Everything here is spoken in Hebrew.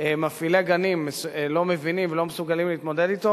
ומפעילי גנים לא מבינים ולא מסוגלים להתמודד אתו,